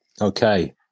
Okay